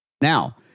Now